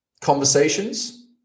conversations